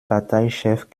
parteichef